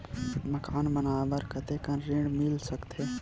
मकान बनाये बर कतेकन ऋण मिल सकथे?